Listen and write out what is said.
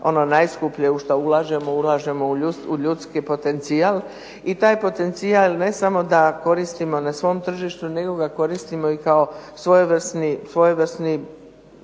ono najskuplje u šta ulažemo, ulažemo u ljudski potencijal i taj potencijal ne samo da koristimo na svom tržištu nego ga koristimo i kao svojevrsni,